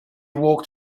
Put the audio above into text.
walked